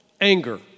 Anger